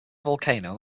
volcano